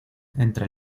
entre